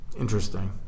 Interesting